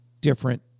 different